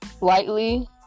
lightly